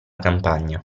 campagna